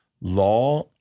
law